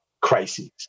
crises